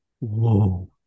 Whoa